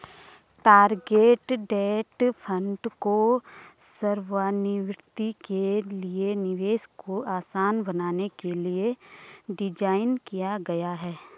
target date fund को सेवानिवृत्ति के लिए निवेश को आसान बनाने के लिए डिज़ाइन किया गया है